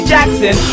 Jackson